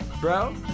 bro